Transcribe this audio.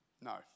No